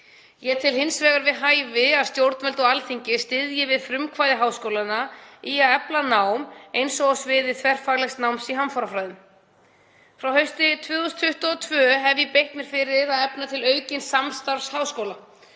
Ég tel hins vegar við hæfi að stjórnvöld og Alþingi styðji við frumkvæði háskólanna í að efla nám, eins og á sviði þverfaglegs náms í hamfarafræðum. Frá haustinu 2022 hef ég beitt mér fyrir auknu samstarfi háskóla,